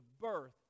birth